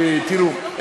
תראו,